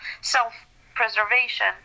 self-preservation